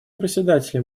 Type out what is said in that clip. председатель